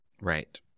Right